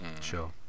sure